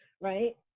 right